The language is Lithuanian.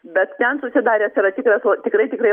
bet ten susidaręs yra tikras o tikrai tikrai